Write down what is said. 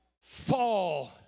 fall